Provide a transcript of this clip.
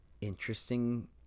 interesting